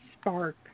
spark